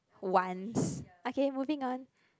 ones okay moving on